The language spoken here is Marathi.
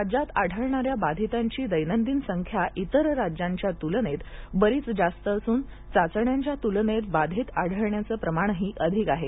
राज्यात आढळणारया बाधितांची दैनंदिन संख्या इतर राज्यांच्या तूलनेत बरीच जास्त असून चाचण्यांच्या तूलनेत बाधित आढळण्याचं प्रमाण ही अधिक आहे